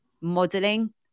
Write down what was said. modeling